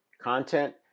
content